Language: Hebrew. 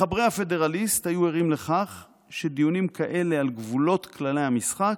מחברי הפדרליסט היו ערים לכך שדיונים כאלה על גבולות כללי המשחק,